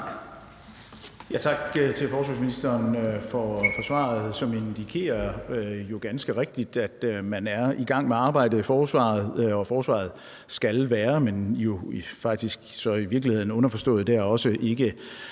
Tak til forsvarsministeren for svaret, som jo ganske rigtigt indikerer, at man er i gang med arbejdet i forsvaret, og at forsvaret skal være, men jo faktisk så i virkeligheden, underforstået, ikke